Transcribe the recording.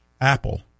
Apple